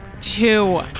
Two